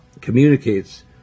communicates